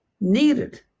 needed